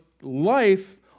life